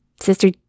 Sister